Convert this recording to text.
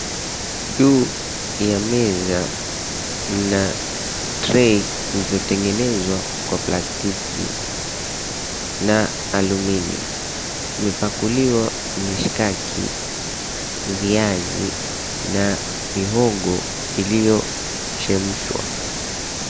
Juu ya meza mna trey zilizotengenezwa kwa plastiki na alumini. Imepakuliwa mishikaki, viazi na mihogo iliyochemshwa.